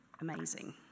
amazing